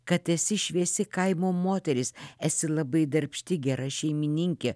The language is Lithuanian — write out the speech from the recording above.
kad esi šviesi kaimo moteris esi labai darbšti gera šeimininkė